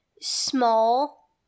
small